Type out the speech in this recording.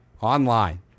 online